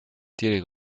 tienen